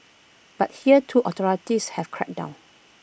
but here too authorities have cracked down